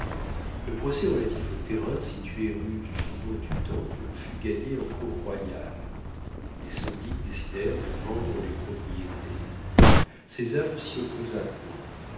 le procès relatif aux terrains situés rue du faubourg du temple fut gagné en cour royale les syndics décidèrent de vendre les propriétés césar ne s'y opposa point